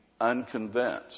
unconvinced